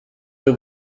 y’u